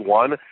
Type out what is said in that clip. one